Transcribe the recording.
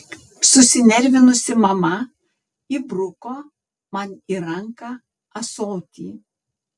susinervinusi mama įbruko man į ranką ąsotį